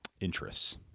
interests